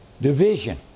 Division